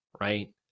right